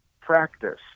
practice